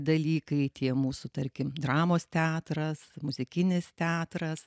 dalykai tie mūsų tarkim dramos teatras muzikinis teatras